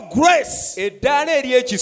grace